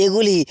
এগুলি